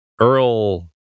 Earl